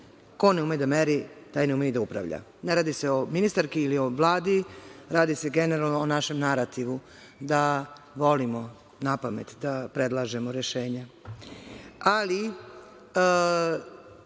Ko ne ume da meri, taj ne ume ni da upravlja. Ne radi se o ministarki ili o Vladi, radi se generalno o našem narativu da volimo napamet da predlažemo rešenja.S